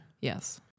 Yes